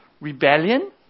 rebellion